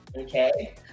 Okay